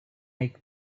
make